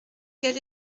quel